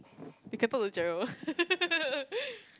we can talk to Jerrold